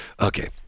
Okay